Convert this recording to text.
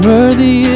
Worthy